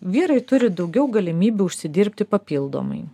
vyrai turi daugiau galimybių užsidirbti papildomai